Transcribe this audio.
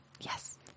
Yes